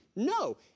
No